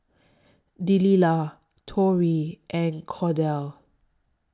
Delilah Tori and Cordell